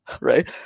right